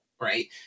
Right